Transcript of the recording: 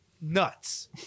nuts